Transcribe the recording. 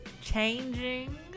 Changing